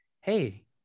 hey